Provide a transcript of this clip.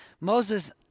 Moses